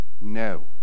No